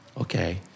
Okay